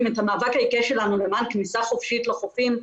את המאבק העיקש שלנו למען כניסה חופשית לחופים,